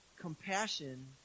compassion